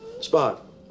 Spot